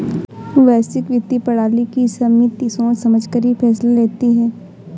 वैश्विक वित्तीय प्रणाली की समिति सोच समझकर ही फैसला लेती है